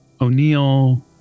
o'neill